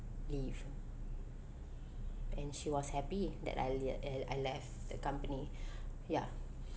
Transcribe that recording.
leave and she was happy that I lea~ uh I left the company ya